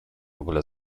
ogólę